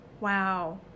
Wow